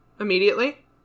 Immediately